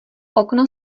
okno